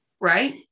right